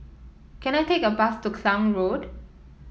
can I take a bus to Klang Road